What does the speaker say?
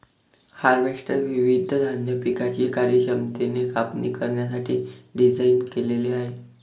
harvester विविध धान्य पिकांची कार्यक्षमतेने कापणी करण्यासाठी डिझाइन केलेले आहे